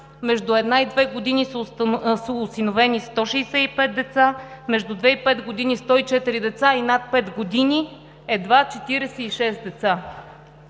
между 1 и 2 години са осиновени 165 деца, между 4 – 5 години – 104 деца, и над 5 години – едва 46 деца.